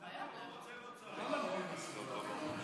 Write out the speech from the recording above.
אם אתה לא רוצה, לא צריך.